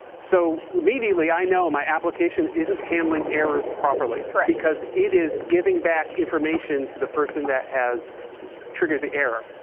so immediately i know my application isn't handling errors properly. correct. because it is giving back information to the person that has triggered the error.